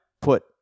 put